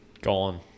gone